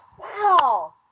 Wow